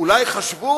אולי חשבו